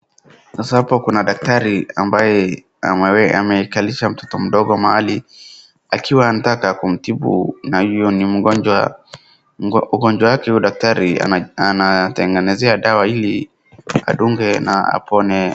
Sasa hapa kuna daktari ambaye amekalisha mtoto mdogo mahali akiwa anataka kumtibu na ugonjwa yake. Huyu daktari anamtengenezea dawa ili amdunge na apone,